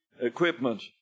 equipment